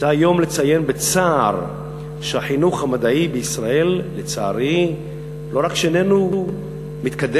זה היום לציין בצער שהחינוך המדעי בישראל לא רק שאיננו מתקדם,